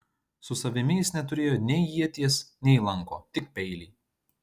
su savimi jis neturėjo nei ieties nei lanko tik peilį